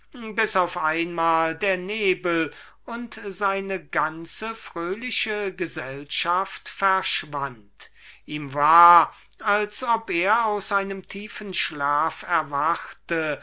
bis auf einmal der nebel und seine ganze fröhliche gesellschaft verschwand ihm war als ob er aus einem tiefen schlaf erwachte